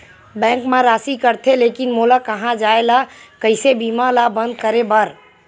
Bank मा राशि कटथे लेकिन मोला कहां जाय ला कइसे बीमा ला बंद करे बार?